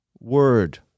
word